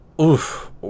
oof